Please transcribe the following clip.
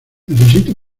necesito